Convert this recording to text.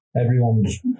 Everyone's